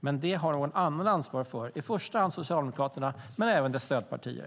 Men det har någon annan ansvar för, i första hand Socialdemokraterna men även dess stödpartier.